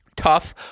Tough